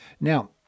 Now